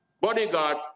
bodyguard